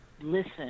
listen